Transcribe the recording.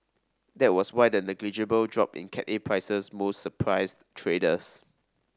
that was why the negligible drop in Cat A prices most surprised traders